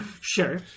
Sure